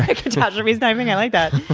catastrophe sniping. i like that.